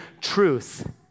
truth